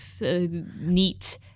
neat